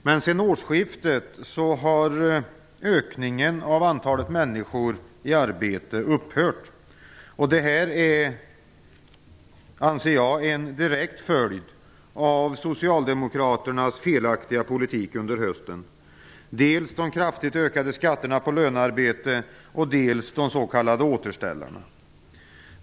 Men sedan årsskiftet har ökningen av antalet människor i arbete upphört. Detta anser jag är en direkt följd av socialdemokraternas felaktiga politik under hösten, dels de kraftigt ökade skatterna på lönearbete, dels de s.k. återställarna.